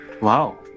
wow